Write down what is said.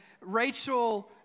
Rachel